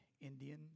Indian